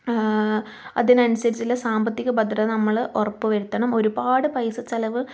അതിനനുസരിച്ചുള്ള സാമ്പത്തിക ഭദ്രത നമ്മള് ഉറപ്പു വരുത്തണം ഒരുപാട് പൈസച്ചിലവ്